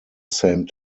same